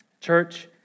Church